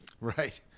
Right